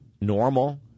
normal